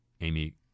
Amy